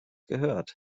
gehört